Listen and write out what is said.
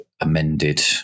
amended